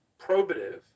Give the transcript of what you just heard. probative